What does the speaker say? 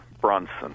Brunson